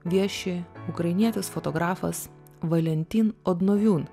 vieši ukrainietis fotografas valentin odnuviun